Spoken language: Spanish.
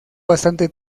bastante